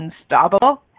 unstoppable